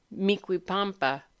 Miquipampa